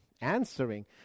answering